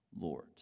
lord